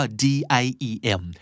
diem